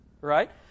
right